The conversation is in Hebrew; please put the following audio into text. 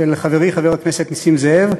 של חברי חבר הכנסת נסים זאב,